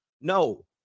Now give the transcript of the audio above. No